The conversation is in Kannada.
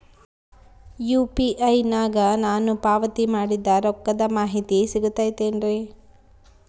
ಯು.ಪಿ.ಐ ನಾಗ ನಾನು ಪಾವತಿ ಮಾಡಿದ ರೊಕ್ಕದ ಮಾಹಿತಿ ಸಿಗುತೈತೇನ್ರಿ?